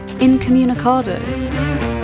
incommunicado